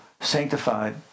sanctified